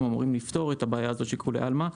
אמורים לפתור את הבעיה הזאת של כולי עלמא,